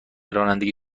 رانندگی